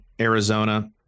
Arizona